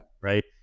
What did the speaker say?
right